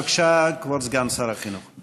בבקשה, כבוד סגן שר החינוך.